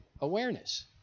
Awareness